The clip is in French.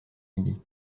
midi